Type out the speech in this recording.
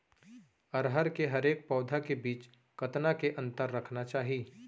अरहर के हरेक पौधा के बीच कतना के अंतर रखना चाही?